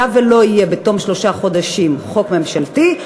היה ולא יהיה בתום שלושה חודשים חוק ממשלתי,